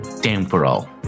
temporal